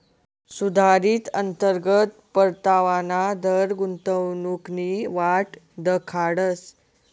सुधारित अंतर्गत परतावाना दर गुंतवणूकनी वाट दखाडस